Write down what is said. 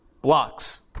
blocks